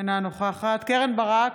אינה נוכחת קרן ברק,